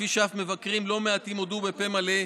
כפי שאף מבקרים לא מעטים הודו בפה מלא,